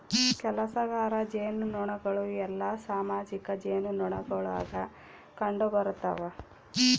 ಕೆಲಸಗಾರ ಜೇನುನೊಣಗಳು ಎಲ್ಲಾ ಸಾಮಾಜಿಕ ಜೇನುನೊಣಗುಳಾಗ ಕಂಡುಬರುತವ